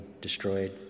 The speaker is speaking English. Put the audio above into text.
destroyed